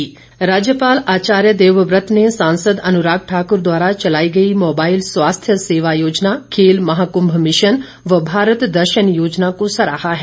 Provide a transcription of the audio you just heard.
राज्यपाल राज्यपाल आचार्य देवव्रत ने सांसद अनुराग ठाक्र द्वारा चलाई गई मोबाईल स्वास्थ्य सेवा योजना खेल महाकृभ मिशन व भारत दर्शन योजना को सराहा है